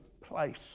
place